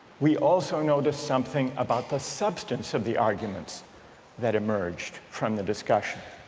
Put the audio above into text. we also noticed something about the substance of the arguments that emerged from the discussion.